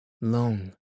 long